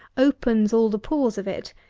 opens all the pores of it,